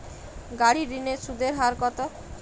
গাড়ির ঋণের সুদের হার কতো?